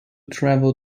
travel